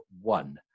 one